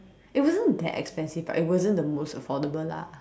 it wasn't that expensive but it wasn't the most affordable lah